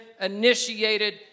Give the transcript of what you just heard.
initiated